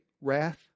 wrath